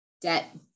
debt